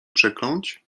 przekląć